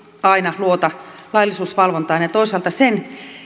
aina luota laillisuusvalvontaan ja ja toisaalta sen